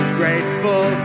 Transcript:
grateful